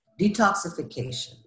detoxification